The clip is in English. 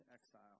exile